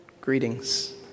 Greetings